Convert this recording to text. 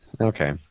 Okay